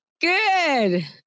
Good